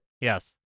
Yes